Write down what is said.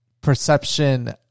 perception